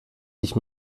dich